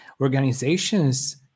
organizations